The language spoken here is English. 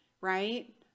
Right